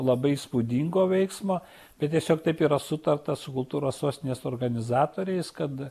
labai įspūdingo veiksmo bet tiesiog taip yra sutarta su kultūros sostinės organizatoriais kad